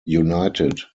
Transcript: united